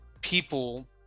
people